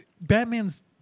Batman's